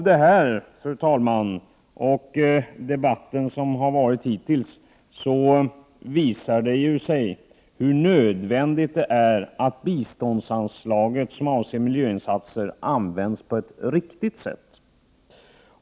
Det här, fru talman, och den hittills förda debatten visar hur nödvändigt det är att biståndsanslaget till miljövårdsinsatser används på ett riktigt sätt.